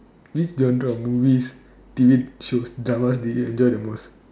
which genre of movies did you shows dramas did you enjoy the most